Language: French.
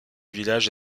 village